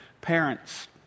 parents